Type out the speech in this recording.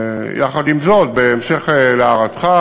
יחד עם זאת, בהמשך להערתך,